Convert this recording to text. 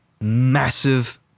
Massive